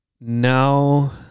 now